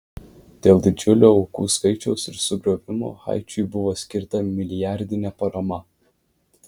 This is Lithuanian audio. dėl didžiulio aukų skaičiaus ir sugriovimų haičiui buvo skirta milijardinė parama